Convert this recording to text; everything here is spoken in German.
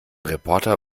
reporter